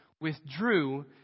withdrew